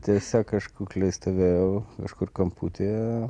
tiesiog aš kukliai stovėjau kažkur kamputyje